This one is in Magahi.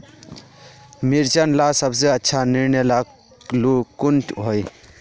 मिर्चन ला सबसे अच्छा निर्णय ला कुन होई?